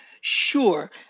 Sure